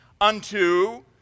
unto